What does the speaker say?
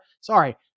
Sorry